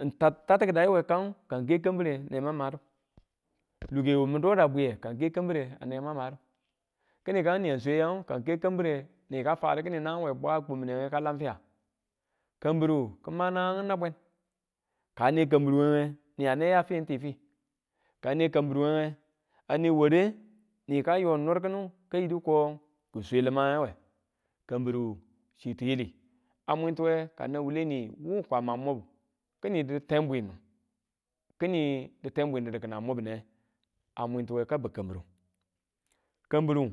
n tat taki̱dayu we kangu ka ke kambire neman madu, luge wumin dodo bwiye ka n ke kambire a ne ma madu, kini kaang niya swe yaang kang ke kambire ni ka fwadu we bwa a kumine kini lam fiya, kambiru ki̱ ma nanangu nabweng kang ne kambiruwenge ni a ne yi fi n ti fi ane kambiru wenge ane ware niika yo nurkini ka yidu ko ki̱ swe limange, kambiru chi tiyili, a mwintuwe ka nan wuleniye wu kwama wub kini di twenbwinu kini di twenbwi dudu kina mubne a mwintuwe ka bwub kambiru, kambiru.